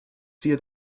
wird